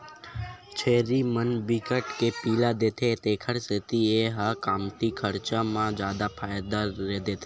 छेरी मन बिकट के पिला देथे तेखर सेती ए ह कमती खरचा म जादा फायदा देथे